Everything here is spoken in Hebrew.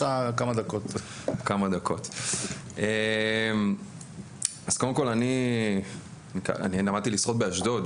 אני למדתי לשחות באשדוד,